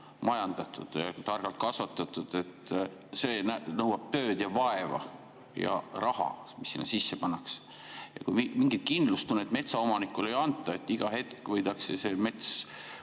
majandatud ja targalt kasvatatud. See nõuab tööd, vaeva ja raha, mis sinna sisse pannakse. Aga mingit kindlustunnet metsaomanikule ei anta, kui iga hetk võidakse see mets